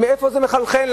מאיפה זה מחלחל?